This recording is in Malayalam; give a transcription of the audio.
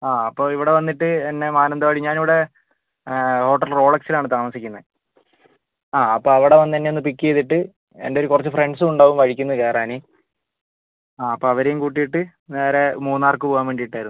അപ്പോൾ ഇവിടെ വന്നിട്ട് എന്നെ മാനന്തവാടി ഞാൻ ഇവിടെ ഹോട്ടൽ റോളെക്സിലാണ് താമസിക്കുന്നത് അതെ അപ്പോൾ അവിടെ വന്ന് എന്നെ ഒന്ന് പിക്ക് ചെയ്തിട്ട് എൻ്റെ കുറച്ച് ഫ്രണ്ട്സും ഉണ്ടാവും വഴിക്കിന്ന് കേറാന് അപ്പൊ അവരെയും കൂട്ടീട്ട് നേരെ മൂന്നാർക്ക് പോവാൻ വേണ്ടീട്ടായിരുന്നു